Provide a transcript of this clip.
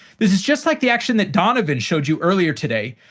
this is just like the action that donovan showed you earlier today.